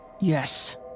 Yes